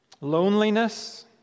loneliness